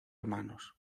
hermanos